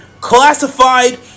classified